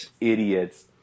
idiots